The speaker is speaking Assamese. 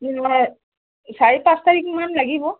চাৰি পাঁচ তাৰিখমান লাগিব